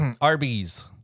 Arby's